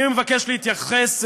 אני מבקש להתייחס,